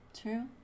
True